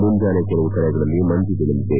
ಮುಂಜಾನೆ ಕೆಲವು ಕಡೆಗಳಲ್ಲಿ ಮಂಜು ಬೀಳಲಿದೆ